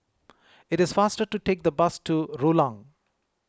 it is faster to take the bus to Rulang